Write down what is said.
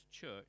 church